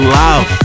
love